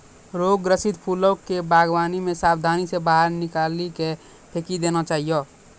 रोग ग्रसित फूलो के वागवानी से साबधानी से बाहर निकाली के फेकी देना चाहियो